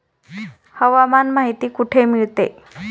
हवामान माहिती कुठे मिळते?